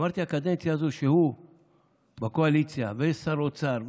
אמרתי: בקדנציה הזו, כשהוא בקואליציה ויש שר אוצר,